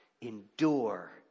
endure